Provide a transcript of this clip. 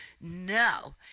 no